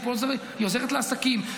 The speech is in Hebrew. היא עוזרת לעסקים,